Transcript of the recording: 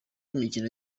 imikino